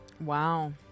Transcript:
Wow